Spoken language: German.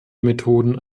methoden